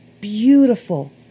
beautiful